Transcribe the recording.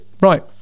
Right